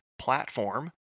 platform